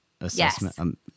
assessment